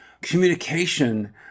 communication